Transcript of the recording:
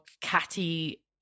catty